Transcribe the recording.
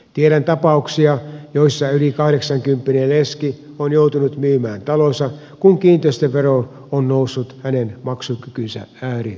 tiedän tapauksia joissa yli kahdeksankymppinen leski on joutunut myymään talonsa kun kiinteistövero on noussut hänen maksukykynsä äärirajoille